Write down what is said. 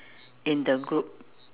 in the group